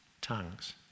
tongues